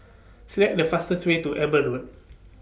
Select The fastest Way to Eber Road